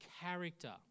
character